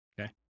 Okay